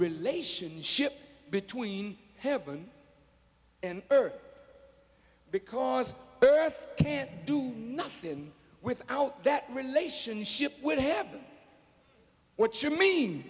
relationship between heaven and earth because earth can't do nothing without that relationship would happen what you mean